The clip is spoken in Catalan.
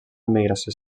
migració